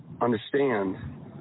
understand